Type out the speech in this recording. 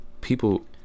people